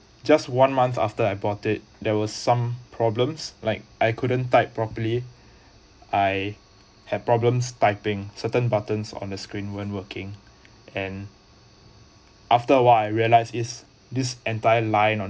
just one month after I bought it there were some problems like I couldn't type properly I had problems typing certain buttons on the screen weren't working and after awhile I realize is this entire line on